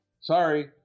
sorry